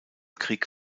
krieg